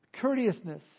courteousness